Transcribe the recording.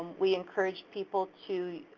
we encouraged people to